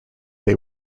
they